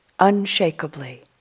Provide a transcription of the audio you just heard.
unshakably